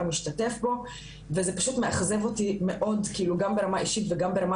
משתתף בו וזה פשוט מאכזב אותי מאוד גם ברמה אישית וגם ברמה